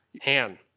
Han